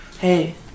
hey